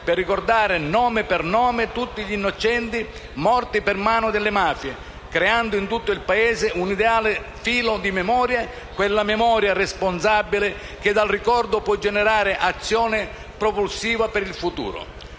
per ricordare, nome per nome, tutti gli innocenti morti per mano delle mafie, creando in tutto il Paese un ideale filo di memoria, quella memoria responsabile che, dal ricordo, può generare azione propulsiva per il futuro.